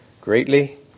greatly